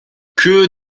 que